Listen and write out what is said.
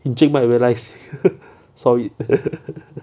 encik might realise saw it